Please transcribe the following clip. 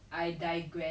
who doesn't